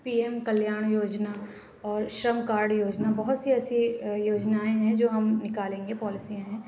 پی M Kalyan Yojana اور Shram card Yojana بہت سی ایسی یوجنائیں ہیں جو ہم نکالیں گے پالیسی ہیں